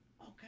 Okay